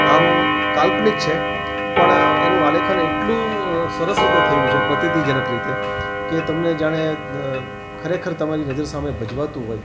આમ કાલ્પનિક છે પણ એનું આલેખન એટલું સરસ રીતે થયું છે પ્રતિતી જનક રીતે કે તમને જાણે ખરેખર તમારી નજર સામે ભજવાતું હોય